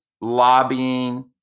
lobbying